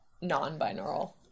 non-binaural